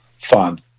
fun